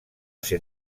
ser